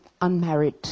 unmarried